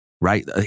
right